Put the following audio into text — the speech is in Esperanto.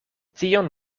tion